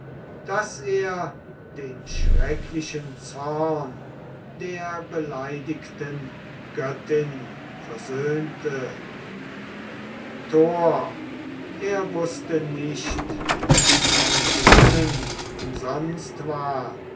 daß er den schrecklichen zorn der beleidigten göttin versöhnte tor er wußte nicht daß sein beginnen umsonst war